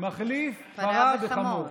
מחליף פרה בחמור.